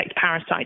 parasite